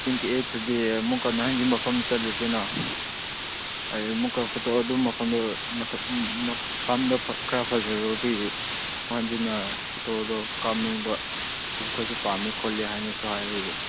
twenty ꯑꯩꯠꯇꯗꯤ ꯑꯃꯨꯛꯀ ꯅꯍꯥꯟꯒꯤ ꯃꯐꯝꯗ ꯆꯠꯂꯨꯁꯤꯅ ꯑꯩ ꯑꯃꯨꯛꯀ ꯐꯣꯇꯣ ꯑꯗꯨ ꯃꯐꯝꯗꯨ ꯃꯐꯝꯗꯨ ꯈꯔ ꯐꯖꯔꯨꯕꯒꯤ ꯍꯟꯖꯤꯟꯅ ꯐꯣꯇꯣꯗꯨ ꯀꯥꯞꯅꯤꯡꯕ ꯏꯔꯨꯞ ꯈꯣꯏꯁꯨ ꯄꯥꯝꯃꯦ ꯈꯣꯠꯂꯤ ꯍꯥꯏꯅꯁꯨ ꯍꯥꯏꯕꯒꯤ